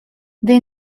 they